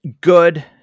good